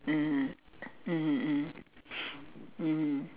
mm mmhmm mm mmhmm